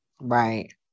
Right